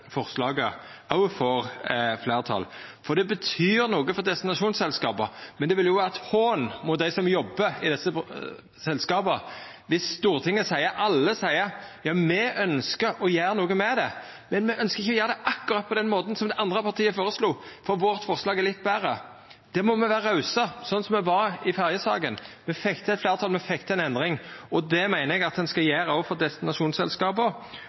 forslaget òg får fleirtal. Det betyr noko for destinasjonsselskapa, men det vil vera ein hån mot dei som jobbar i desse selskapa viss alle i Stortinget seier at me ønskjer å gjera noko med det, men me ønskjer ikkje å gjera det på den måten som det andre partiet føreslo, for vårt forslag er litt betre. Der må me vera rause, sånn som me var i ferjesaka. Me fekk til eit fleirtal, me fekk til ei endring. Det meiner eg at ein skal gjera òg for destinasjonsselskapa